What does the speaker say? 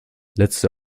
letzte